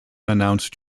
announced